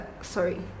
Sorry